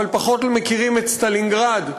אבל פחות מכירים את סטלינגרד,